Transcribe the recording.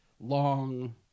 long